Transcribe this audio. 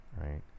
Right